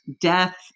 death